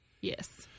Yes